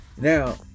Now